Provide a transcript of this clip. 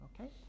Okay